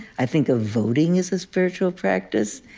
i think of voting as a spiritual practice